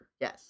Yes